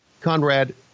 Conrad